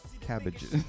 Cabbages